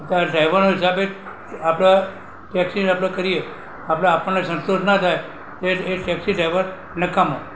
ડ્રાઇવરને હિસાબે આપણે ટેક્સીને આપણે કરીએ આપણે આપણને સંતોષ ના થાય એ એ ટેક્સી ડ્રાઈવર નકામો